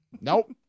nope